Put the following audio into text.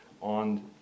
On